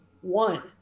one